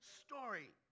story